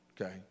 okay